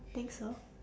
think so